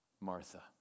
Martha